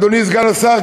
אדוני סגן השר,